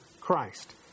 Christ